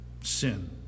sin